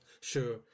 Sure